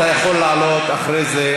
אתה יכול לעלות אחרי זה,